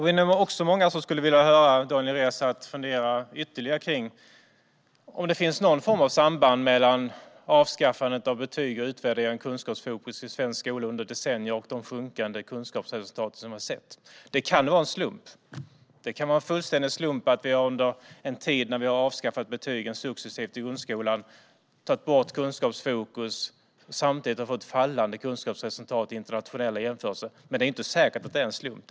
Vi är nog också många som skulle vilja höra Daniel Riazat fundera ytterligare på om det finns någon form av samband mellan frånvaron av betyg, utvärdering och kunskapsfokus i svensk skola under decennier och de sjunkande kunskapsresultat som vi har sett. Det kan vara en slump. Det kan vara en fullständig slump att vi under en tid när man successivt har avskaffat betygen i grundskolan och tagit bort kunskapsfokus samtidigt har fått fallande kunskapsresultat i internationella jämförelser. Men det är inte säkert att det är en slump.